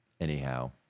Anyhow